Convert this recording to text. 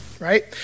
Right